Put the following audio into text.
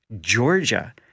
Georgia